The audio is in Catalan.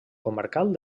comarcal